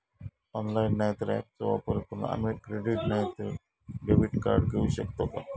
Online नाय तर ऍपचो वापर करून आम्ही क्रेडिट नाय तर डेबिट कार्ड घेऊ शकतो का?